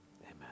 Amen